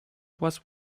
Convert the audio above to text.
was